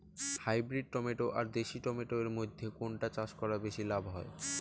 Hybrid tomato আর দেশি tomato এর মইধ্যে কোনটা চাষ করা বেশি লাভ হয়?